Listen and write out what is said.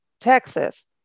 Texas